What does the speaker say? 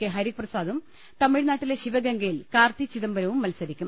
K ഹരിപ്രസാദും തമിഴ്നാട്ടിലെ ശിവഗംഗയിൽ കാർത്തി ചിദംബരവും മത്സരിക്കും